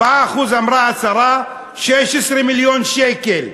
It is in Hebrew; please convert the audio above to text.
4% אמרה השרה, 16 מיליון שקל.